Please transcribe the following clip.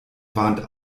warnt